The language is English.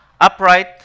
upright